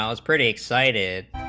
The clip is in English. kills pretty excited